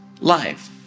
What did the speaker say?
life